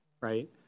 right